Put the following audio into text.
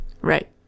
Right